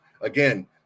again